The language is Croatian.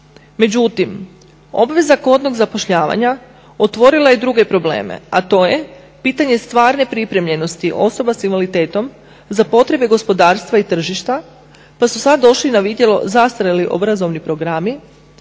Međutim, obveza kvotnog zapošljavanja otvorila je i druge probleme, a to je pitanje stvarne pripremljenosti osoba sa invaliditetom za potrebe gospodarstva i tržišta, pa su sad došli na vidjelo zastarjeli obrazovni programi,